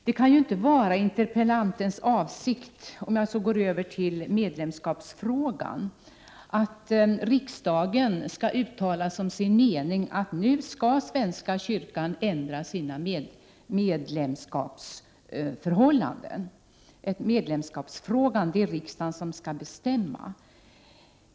Det kan inte vara interpellantens avsikt — om jag så går över till medlemskapsfrågan — att riksdagen skulle uttala som sin mening att svenska kyrkan skall ändra sina medlemskapsförhållanden. Medlemskapsfrågan skall ju bestämmas av riksdagen i samråd med kyrkomötet.